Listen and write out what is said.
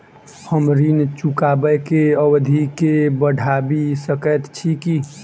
हम ऋण चुकाबै केँ अवधि केँ बढ़ाबी सकैत छी की?